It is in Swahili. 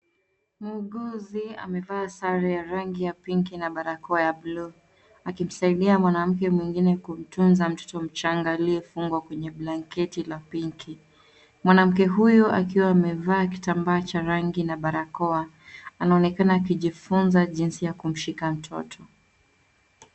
Muuguzi amevaa sare ya rangi ya pinki na barakoa ya buluu akimsaidia mwanamke mwingine kumtunza mtoto mchanga aliyefungwa kwenye blanketi la pinki. Mwanamke huyu akiwa amevaa kitambaa cha rangi na barakoa, anaonekana akijifunza jinsi ya kumshika mtoto.